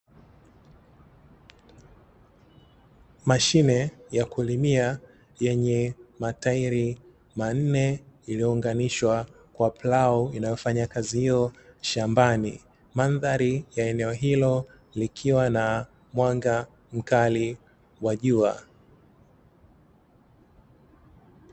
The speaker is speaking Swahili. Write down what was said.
Mashine ya kulimia yenye matairi manne imeunganishwa kwa plau inayofanya kazi iyo shambani. Mandhari ya eneo hilo ikiwa na mwanga mkali wa jua.